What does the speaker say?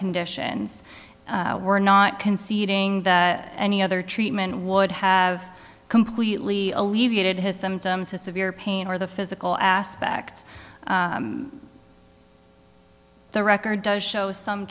conditions were not conceding that any other treatment would have completely alleviated his sometimes his severe pain or the physical aspects the record does show some